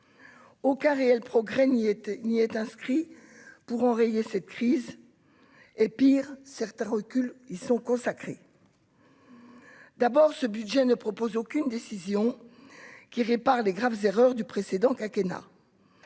aucun réel progrès n'y était, il n'y être inscrit pour enrayer cette crise est pire, certains reculs ils sont consacrés d'abord, ce budget ne propose aucune décision qui répare des graves erreurs du précédent quinquennat